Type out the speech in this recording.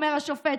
אומר השופט,